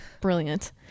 brilliant